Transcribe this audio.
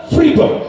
Freedom